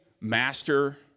master